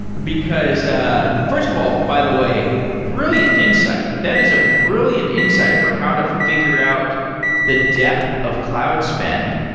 because ah first of all, by the way, brilliant insight. that is a brilliant insight for how to figure out the depth of cloud spend.